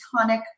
tonic